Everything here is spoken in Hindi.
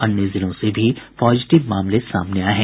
अन्य जिलों से भी पॉजिटिव मामले सामने आये हैं